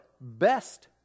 best